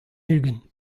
ugent